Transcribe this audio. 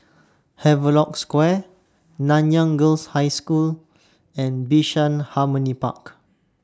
Havelock Square Nanyang Girls' High School and Bishan Harmony Park